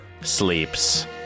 Sleeps